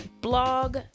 blog